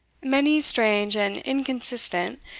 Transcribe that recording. many, strange, and inconsistent,